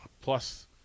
plus